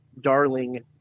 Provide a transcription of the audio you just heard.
darling